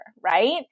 right